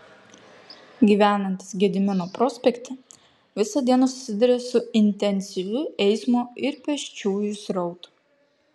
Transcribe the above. gyvenantys gedimino prospekte visą dieną susiduria su intensyviu eismo ir pėsčiųjų srautu